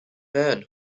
man